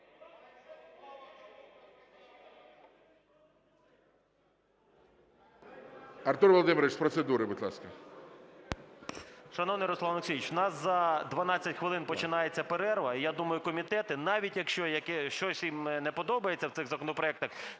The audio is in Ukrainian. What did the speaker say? Артур Володимирович, з процедури, будь ласка. 11:47:24 ГЕРАСИМОВ А.В. Шановний Руслан Олексійович, у нас за 12 хвилин починається перерва і, я думаю, комітети, навіть якщо щось їм не подобається в цих законопроектах,